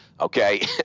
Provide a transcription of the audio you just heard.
Okay